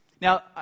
now